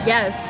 Yes